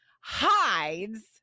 hides